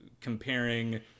comparing